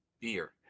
beer